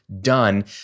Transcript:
done